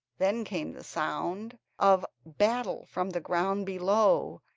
then came the sound of battle from the ground below,